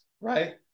right